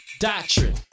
doctrine